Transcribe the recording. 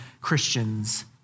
Christians